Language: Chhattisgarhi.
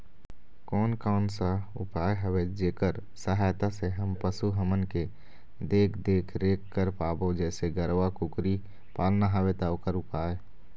कोन कौन सा उपाय हवे जेकर सहायता से हम पशु हमन के देख देख रेख कर पाबो जैसे गरवा कुकरी पालना हवे ता ओकर उपाय?